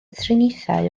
triniaethau